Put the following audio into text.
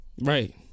Right